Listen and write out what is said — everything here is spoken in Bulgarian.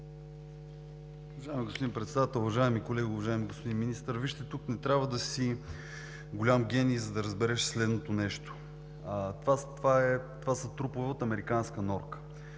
Уважаеми господин Председател, уважаеми колеги! Уважаеми господин Министър, вижте, тук не трябва да си голям гении, за да разбереш следното: това са трупове от американска норка.